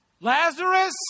Lazarus